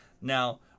Now